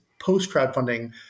post-crowdfunding